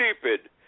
stupid